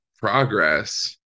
progress